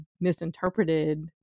misinterpreted